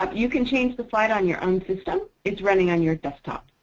um you can change the slide on your own system. it's running on your desktop.